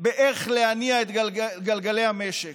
באיך להניע את גלגלי המשק.